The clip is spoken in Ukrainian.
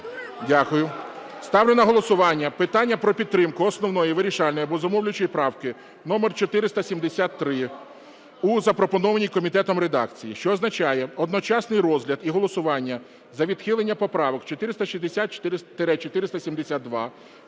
Дякую. Ставлю на голосування питання про підтримку основної, вирішальної або зумовлюючої правки номер 473 у запропонованій комітетом редакції, що означає одночасних розгляд і голосування за відхилення поправок: 460-472,